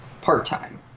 part-time